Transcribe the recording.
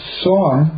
song